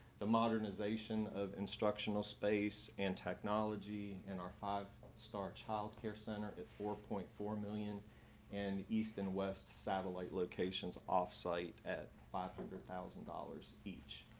the modernization of instructional space and technology in our five star childcare center is four point four million in east and west satellite locations off site at five hundred thousand dollars. each.